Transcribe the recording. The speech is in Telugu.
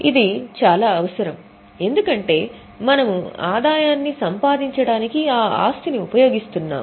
ఇది చాలా అవసరం ఎందుకంటే మనము ఆదాయాన్ని సంపాదించడానికి ఆ ఆస్తిని ఉపయోగిస్తున్నాము